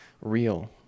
real